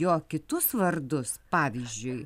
jo kitus vardus pavyzdžiui